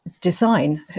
design